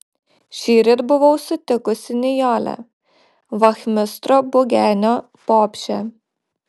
šįryt buvau sutikusi nijolę vachmistro bugenio bobšę